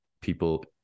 people